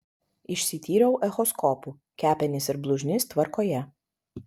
išsityriau echoskopu kepenys ir blužnis tvarkoje